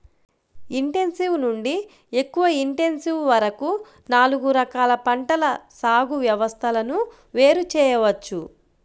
intensive నుండి ఎక్కువ intensive వరకు నాలుగు రకాల పంటల సాగు వ్యవస్థలను వేరు చేయవచ్చు